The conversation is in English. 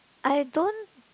I don't